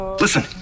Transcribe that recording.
Listen